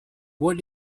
what